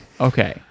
okay